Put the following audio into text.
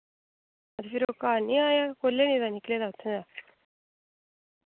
ते फिर ओह् घर निं आया कोल्ले दा निकले दा उत्थे दा